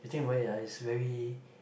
you think about it ah very